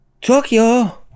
Tokyo